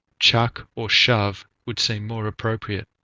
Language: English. chuck, or shove would seem more appropriate,